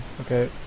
Okay